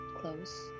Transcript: Close